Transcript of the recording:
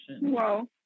Wow